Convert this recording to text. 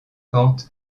kant